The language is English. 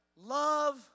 Love